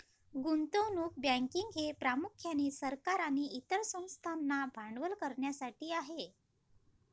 गुंतवणूक बँकिंग हे प्रामुख्याने सरकार आणि इतर संस्थांना भांडवल करण्यासाठी आहे